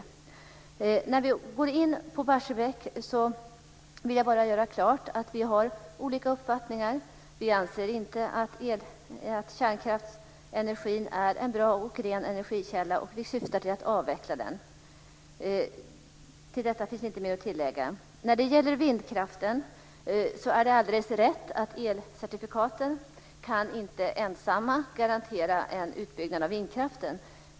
Sedan är det frågan om Barsebäck. Jag vill göra klart att Roy Hansson och jag har olika uppfattningar. Vi anser inte att kärnkraftsenergin är en bra och ren energikälla. Vi syftar till att avveckla den. Till detta finns inte mer att tillägga. När det gäller vindkraft är det alldeles rätt att elcertifikaten inte ensamma kan garantera en utbyggnad av vindkraften.